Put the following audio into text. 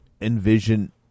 envision